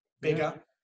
bigger